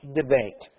debate